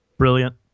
brilliant